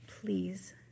Please